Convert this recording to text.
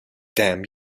damn